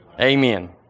Amen